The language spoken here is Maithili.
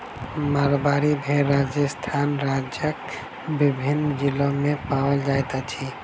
मारवाड़ी भेड़ राजस्थान राज्यक विभिन्न जिला मे पाओल जाइत अछि